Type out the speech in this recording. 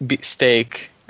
steak